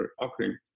occurring